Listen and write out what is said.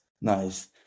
Nice